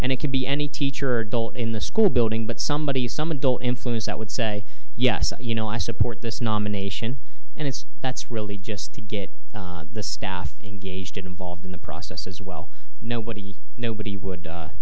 and it could be any teacher in the school building but somebody some adult influence that would say yes you know i support this nomination and it's that's really just to get the staff engaged and involved in the process as well nobody nobody would